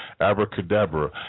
abracadabra